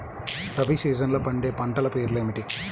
రబీ సీజన్లో పండే పంటల పేర్లు ఏమిటి?